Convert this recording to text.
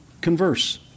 converse